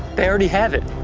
they already have it.